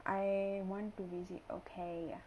I want to visit okay